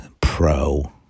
pro